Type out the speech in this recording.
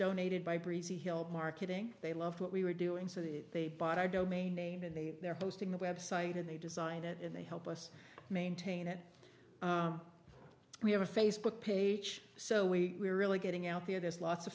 donated by breezy help marketing they loved what we were doing so that they bought our domain name and they are posting the website and they designed it and they help us maintain it we have a facebook page so we are really getting out there there's lots of